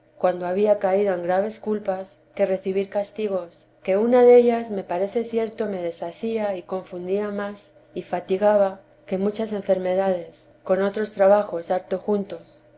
cuando había caído en graves culpas que recibir castigos que una dellas me parece cierto me deshacía y confundía más y fatigaba que muchas enfermedades con otros trabajos harto juntos